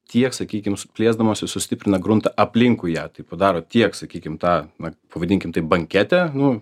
tiek sakykim plėsdamosi sustiprina gruntą aplinkui ją tai padaro tiek sakykim tą na pavadinkim taip banketę nu